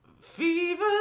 Fever